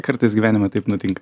kartais gyvenime taip nutinka